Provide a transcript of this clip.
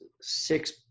six